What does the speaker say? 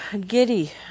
giddy